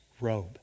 robe